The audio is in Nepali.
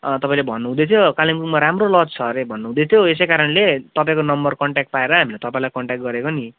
तपाईँले भन्नु हुँदैथ्यो कालिम्पोङमा राम्रो लज छ हरे भन्नु हुँदैथ्यो यसैकारणले तपाईँको नम्बर कन्ट्याक्ट पाएर हामीले तपाईँलाई कन्ट्याक्ट गरेको नी